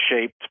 shaped